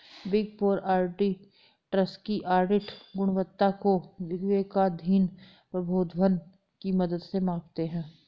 big four auditors की audit गुणवत्ता को विवेकाधीन प्रोद्भवन की मदद से मापते हैं